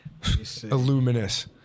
illuminous